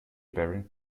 baron